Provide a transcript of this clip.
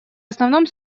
основном